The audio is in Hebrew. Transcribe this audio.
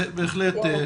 בהחלט.